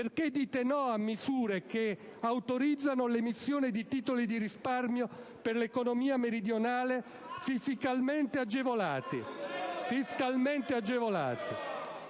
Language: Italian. Perché dite no a misure che autorizzano l'emissione di titoli di risparmio per l'economia meridionale fiscalmente agevolati